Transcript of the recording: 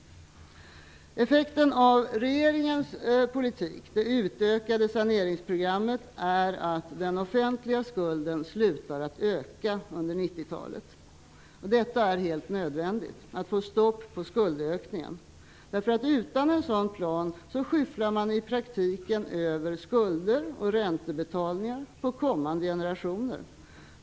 Effekten av regeringens politik, det utökade saneringsprogrammet, är att den offentliga skulden slutar att öka under 90-talet. Det är nödvändigt att få stopp på skuldökningen. Utan en sådan plan skyfflar man i praktiken över skulder och räntebetalningar på kommande generationer.